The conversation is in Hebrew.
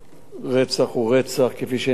רצח הוא רצח, כפי שנאמר,